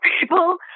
people